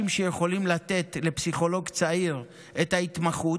שיכולים לתת לפסיכולוג צעיר את ההתמחות,